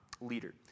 leader